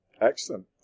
Excellent